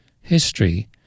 history